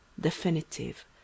definitive